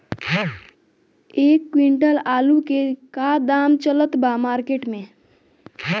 एक क्विंटल आलू के का दाम चलत बा मार्केट मे?